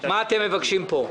מה אתם מבקשים פה?